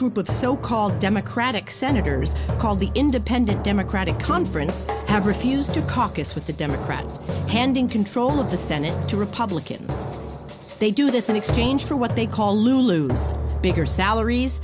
group of so called democratic senators called the independent democratic conference have refused to caucus with the democrats candy in control of the senate to republicans they do this in exchange for what they call loose bigger salaries